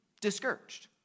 discouraged